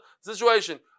situation